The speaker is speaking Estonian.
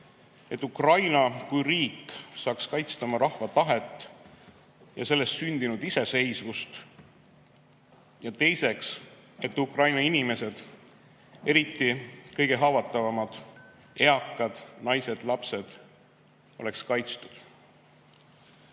et Ukraina kui riik saaks kaitsta oma rahva tahet ja sellest sündinud iseseisvust, ja teiseks, et Ukraina inimesed, eriti kõige haavatavamad – eakad, naised, lapsed – oleks kaitstud. Olen